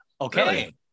Okay